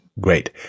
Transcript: Great